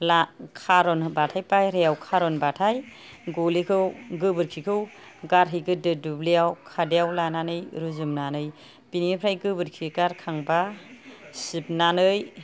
खारनबाथाय बायह्रायाव खारनबाथाय गलिखौ गोबोरखिखौ गारहैग्रोदो दुब्लियाव खादायाव लानानै रुजुनानै बिनिफ्राय गोबोरखि गारखांबा सिबनानै